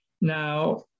Now